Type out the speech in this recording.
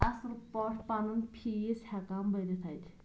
اَصٕل پٲٹھۍ پَنُن فیٖس ہٮ۪کان بٔرِتھ اَتہِ